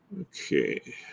okay